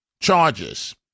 charges